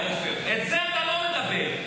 אימא שלו חסרת אונים.